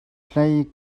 hlei